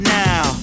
now